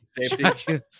Safety